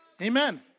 Amen